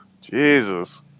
Jesus